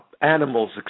Animals